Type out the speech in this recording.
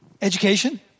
Education